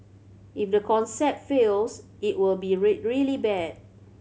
if the concept fails it will be really bad